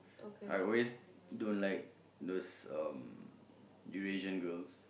I always don't like those um Eurasian girls